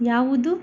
ಯಾವುದು